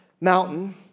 mountain